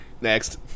Next